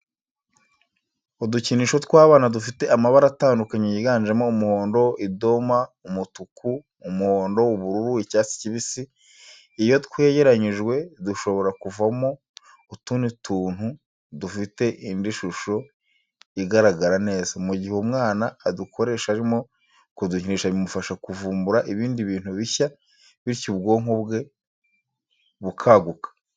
Udukinisho tw'abana dufite amabara atandukanye yiganjemo umuhondo, idoma, umutuku, umuhondo, ubururu, icyatsi kibisi, iyo twegeranyijwe dushobora kuvamo utundi tuntu dufite indi shusho igaragara neza, mu gihe umwana adukoresha arimo kudukinisha bimufasha kuvumbura ibindi bintu bishya bityo ubwonko bwe bukaguka.